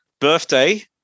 birthday